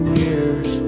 years